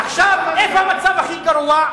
עכשיו, איפה המצב הכי גרוע?